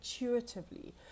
intuitively